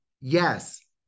yes